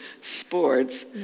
sports